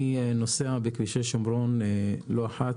אני נוסע בכבישי השומרון לא אחת,